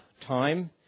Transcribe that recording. time